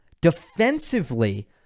Defensively